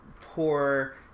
poor